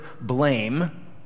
blame